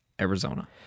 Arizona